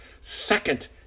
second